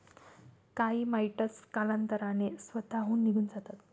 काही माइटस कालांतराने स्वतःहून निघून जातात